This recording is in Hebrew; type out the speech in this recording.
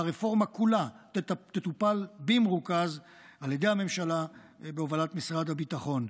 והרפורמה כולה תטופל במרוכז על ידי הממשלה ובהובלת משרד הביטחון.